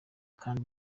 kandi